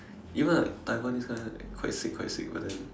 even like Taiwan this kind quite sick quite sick but then